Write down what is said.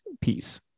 piece